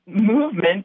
movement